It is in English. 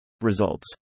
Results